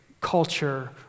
culture